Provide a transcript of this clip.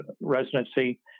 residency